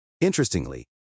Interestingly